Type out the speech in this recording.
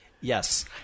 Yes